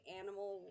animal